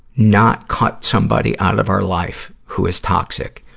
not cut somebody out of our life who is toxic.